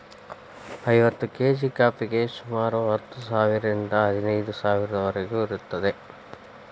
ಐವತ್ತು ಕೇಜಿ ಕಾಫಿಗೆ ಸುಮಾರು ಹತ್ತು ಸಾವಿರದಿಂದ ಹದಿನೈದು ಸಾವಿರದವರಿಗೂ ಇರುತ್ತದೆ